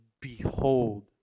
behold